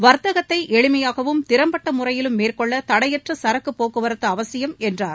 வர்த்தகத்தை எளிமையாகவும் திறம்பட்ட முறையிலும் மேற்கொள்ள தடையற்ற சரக்குப்போக்குவரத்து அவசியம் என்றார்